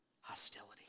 Hostility